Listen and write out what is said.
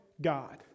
God